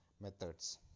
methods